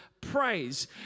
praise